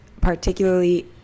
particularly